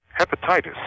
Hepatitis